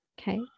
Okay